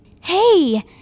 Hey